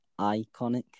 iconic